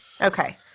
Okay